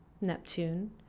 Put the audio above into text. Neptune